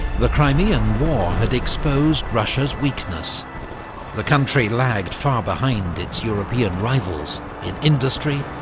the crimean war had exposed russia's weakness the country lagged far behind its european rivals in industry,